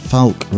Falk